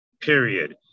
period